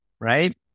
right